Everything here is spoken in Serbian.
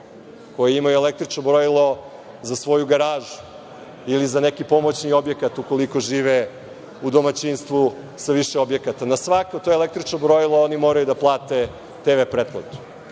koji imaju električno brojilo za svoju garažu ili za neki pomoćni objekat ukoliko žive u domaćinstvu sa više objekata. Na svako to električno brojilo oni moraju da plate TV pretplatu. Mi